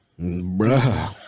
Bruh